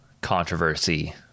controversy